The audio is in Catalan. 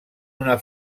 una